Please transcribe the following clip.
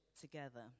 together